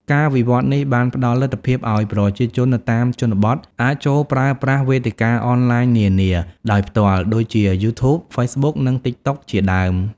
ការវិវត្តនេះបានផ្តល់លទ្ធភាពឲ្យប្រជាជននៅតាមជនបទអាច ចូលប្រើប្រាស់វេទិកាអនឡាញនានា ដោយផ្ទាល់ ដូចជា យូធូប ហ្វេសប៊ុក និង តិកតុក ជាដើម។